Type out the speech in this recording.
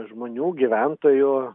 žmonių gyventojų